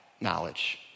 knowledge